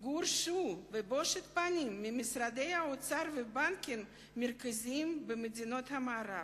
גורשו בבושת פנים ממשרדי האוצר והבנקים המרכזיים במדינות המערב.